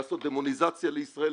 לעשות דמוניזציה לישראל,